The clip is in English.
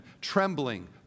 Trembling